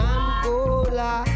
Angola